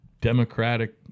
Democratic